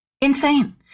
Insane